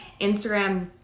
Instagram